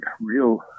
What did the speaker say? real